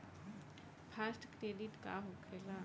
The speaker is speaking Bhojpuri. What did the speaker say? फास्ट क्रेडिट का होखेला?